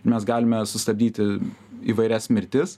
mes galime sustabdyti įvairias mirtis